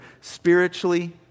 spiritually